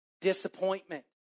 disappointment